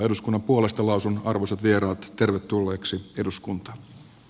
eduskunnan puolesta lausun arvoisat vieraat tervetulleeksi eduskunta